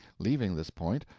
leaving this point,